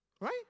Right